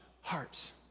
hearts